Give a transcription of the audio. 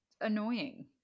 annoying